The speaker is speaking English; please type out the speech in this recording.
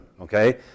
Okay